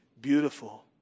beautiful